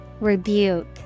Rebuke